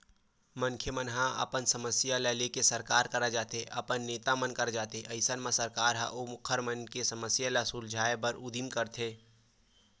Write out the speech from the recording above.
मनखे मन ह अपन समस्या ल लेके सरकार करा जाथे अपन नेता मन करा जाथे अइसन म सरकार ह ओखर मन के समस्या ल सुलझाय बर उदीम करथे